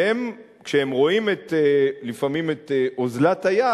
שהם, כשהם רואים לפעמים את אוזלת היד,